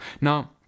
now